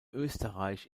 österreich